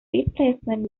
replacement